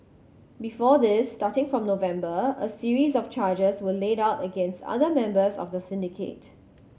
before this starting from November a series of charges were laid out against other members of the syndicate